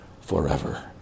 forever